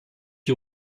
die